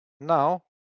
Now